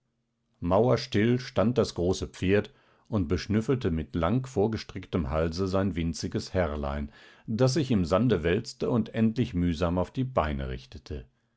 mauerstill stand das große pferd und beschnüffelte mit lang vorgestrecktem halse sein winziges herrlein das sich im sande wälzte und endlich mühsam auf die beine richtete